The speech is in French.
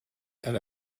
elle